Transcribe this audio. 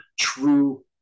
true